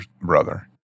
brother